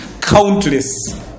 Countless